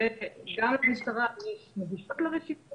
שגם למשטרה יש נגישות לרשימה